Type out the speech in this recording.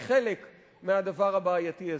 הוא חלק מהדבר הבעייתי הזה.